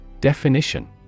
Definition